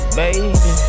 baby